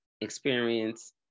experience